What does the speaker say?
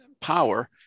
power